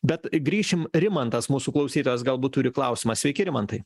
bet grįšim rimantas mūsų klausytojas galbūt turi klausimą sveiki rimantai